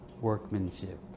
workmanship